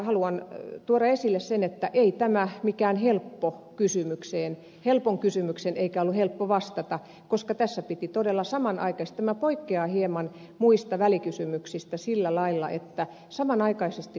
haluan tuoda esille sen että ei tämä mikään helppo kysymys ollut eikä ollut helppo vastata koska tässä todella samanaikaisesti siinä tämä poikkeaa hieman muista välikysymyksistä sillä lailla että samanaikaisesti